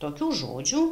tokių žodžių